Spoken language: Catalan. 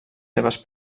seves